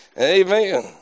Amen